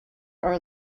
are